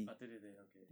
ah 对对对 okay